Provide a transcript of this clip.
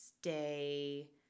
stay